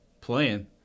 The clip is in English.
Playing